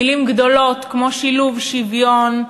מילים גדולות כמו שילוב, שוויון,